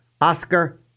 Oscar